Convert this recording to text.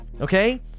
okay